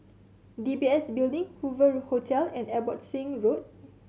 D B S Building Hoover Hotel and Abbotsingh Road